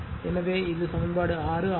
எனவே இது சமன்பாடு 6 ஆகும்